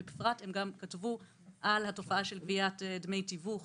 הם כתבו בפרט על התופעה של גביית דמי תיווך